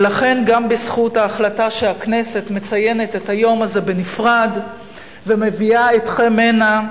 ולכן גם בזכות ההחלטה שהכנסת מציינת את היום הזה בנפרד ומביאה אתכם הנה,